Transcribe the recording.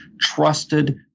trusted